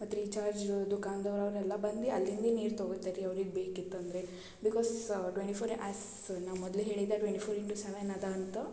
ಮತ್ತು ರೀಚಾರ್ಜ್ದು ದುಖಾನ್ದವರೆಲ್ಲ ಬಂದು ಅಲ್ಲಿಂದೇ ನೀರು ತೊಗೊತಾರೆ ರೀ ಅವ್ರಿಗೆ ಬೇಕಿತ್ತಂದರೆ ಬಿಕಾಸ್ ಟ್ವೆಂಟಿ ಫೋರ್ ಯಾಸ್ ನಾನು ಮೊದಲೇ ಹೇಳಿದ್ದೆ ಟ್ವೆಂಟಿ ಫೋರ್ ಇನ್ಟು ಸೆವೆನ್ ಅದ ಅಂತ